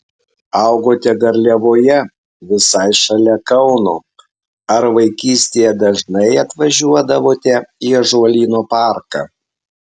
augote garliavoje visai šalia kauno ar vaikystėje dažnai atvažiuodavote į ąžuolyno parką